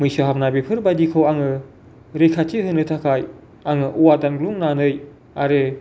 मैसो हाबनाय बेफोरबायदिखौ आङो रैखाथि होनो थाखाय आङो औवा दानग्लुंनानै आरो